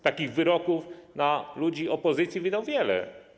Takich wyroków na ludzi opozycji wydał wiele.